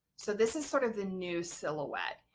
so this is sort of the new silhouette.